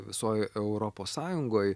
visoj europos sąjungoj